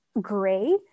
gray